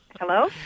Hello